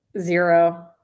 Zero